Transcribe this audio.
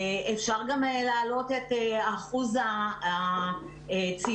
אפשר גם להעלות את אחוז הציון.